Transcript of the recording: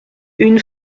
une